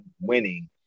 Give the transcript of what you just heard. winning